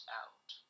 out